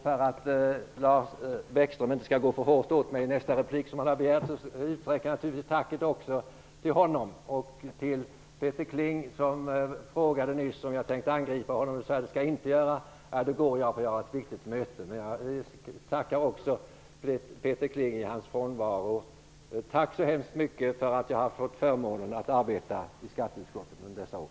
För att Lars Bäckström inte skall gå för hårt åt mig i nästa replik, som han har begärt, utsträcker jag naturligtvis tacket också till honom och till Peter Kling, som frågade nyss om jag tänke angripa honom. Jag sade: Det skall jag inte göra. -- Då går jag, för jag har ett viktigt möte, sade han. Jag tackar Peter Kling i hans frånvaro. Tack så hemskt mycket för att jag har fått förmånen att arbeta i skatteutskottet under dessa år!